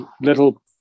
little